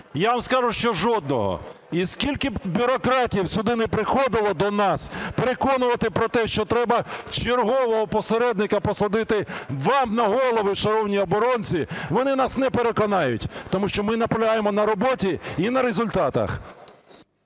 Я вам скажу, що жодного. І скільки б бюрократів сюди не приходило до нас, переконувати про те, що треба чергового посередника посадити вам на голови, шановні оборонці, вони нас не переконають, тому що ми наполягаємо на роботі і на результатах.